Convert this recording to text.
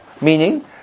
meaning